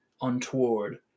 untoward